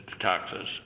taxes